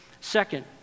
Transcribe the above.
Second